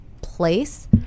place